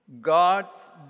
God's